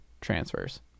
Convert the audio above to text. transfers